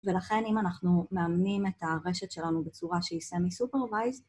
ולכן אם אנחנו מאמנים את הרשת שלנו בצורה שהיא סמי סופרוויז